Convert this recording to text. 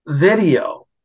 video